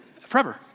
Forever